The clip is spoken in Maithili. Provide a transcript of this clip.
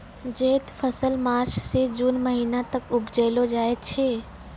जैद फसल मार्च सें जून महीना तक उपजैलो जाय छै